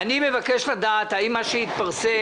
אני מבקש לדעת האם מה שהתפרסם,